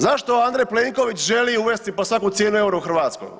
Zašto Andrej Plenković želi uvesti po svaku cijenu EUR-o u Hrvatskoj?